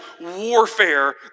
warfare